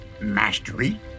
mastery